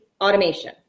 automation